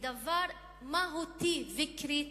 זה נהפך לדבר מהותי וקריטי.